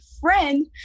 friend